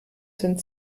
sind